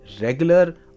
regular